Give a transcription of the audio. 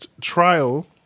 trial